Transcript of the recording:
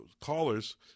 callers